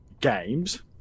games